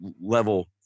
level